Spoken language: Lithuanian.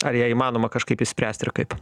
ar ją įmanoma kažkaip išspręsti ir kaip